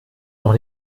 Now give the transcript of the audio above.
noch